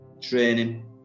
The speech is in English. training